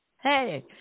Hey